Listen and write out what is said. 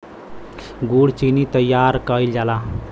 गुड़ चीनी तइयार कइल जाला